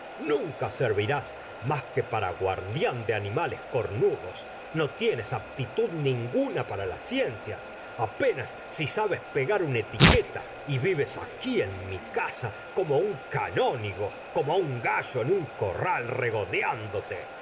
nunca servirás más que para guardián de animales cornudos no tienes aptitud ninguna para las ciencias apenas si sabes pegar una etiqueta y vives aquí en mi casa como un canónigo como un gallo en un corral regodeándote